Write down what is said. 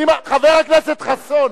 חבר הכנסת חסון.